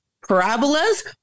parabolas